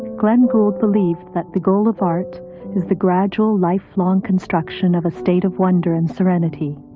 glenn gould believed that the goal of art is the gradual, lifelong construction of a state of wonder and serenity.